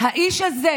ואדוני היושב-ראש,